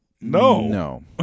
No